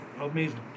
Amazing